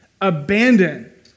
abandon